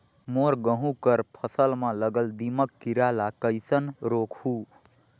मोर गहूं कर फसल म लगल दीमक कीरा ला कइसन रोकहू?